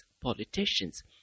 politicians